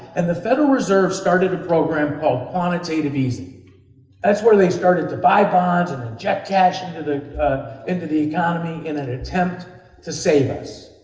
and the federal reserve started a program called quantitative easing that's where they started to buy bonds and inject cash into the into the economy in an attempt to save us.